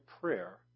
prayer